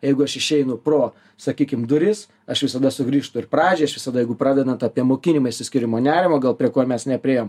jeigu aš išeinu pro sakykim duris aš visada sugrįžtu ir pradžiai aš visada jeigu pradedant apie mokinimą išsiskyrimo nerimą gal prie ko mes nepriėjom